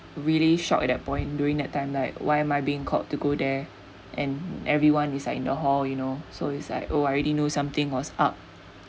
really shocked at that point during that time like why am I being called to go there and everyone is like in the hall you know so it's like oh I already knew something was up